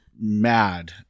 mad